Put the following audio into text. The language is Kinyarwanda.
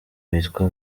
witwa